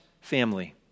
family